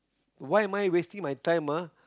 why am I wasting my time ah